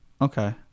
Okay